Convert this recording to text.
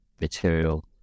material